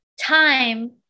time